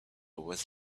was